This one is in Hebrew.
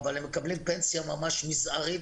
אבל מקבלים פנסיה ממש מזערית,